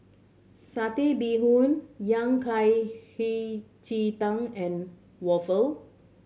Satay Bee Hoon Yao Cai Hei Ji Tang and waffle